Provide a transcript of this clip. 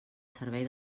servei